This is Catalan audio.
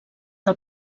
del